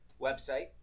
website